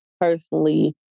personally